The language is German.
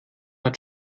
hat